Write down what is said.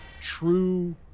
true